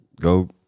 Go